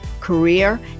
career